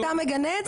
אתה מגנה את זה?